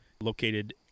located